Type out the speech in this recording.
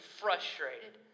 frustrated